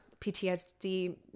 PTSD